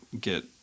get